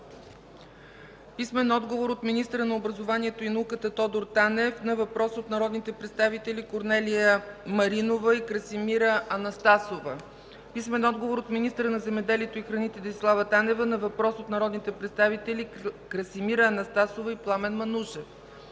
Бъчварова; - министъра на образованието и науката Тодор Танев на въпрос от народните представители Корнелия Маринова и Красимира Анастасова; - министъра на земеделието и храните Десислава Танева на въпрос от народните представители Красимира Анастасова и Пламен Манушев;